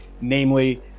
Namely